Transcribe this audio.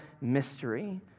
mystery